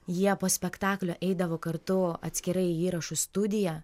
jie po spektaklio eidavo kartu atskirai į įrašų studiją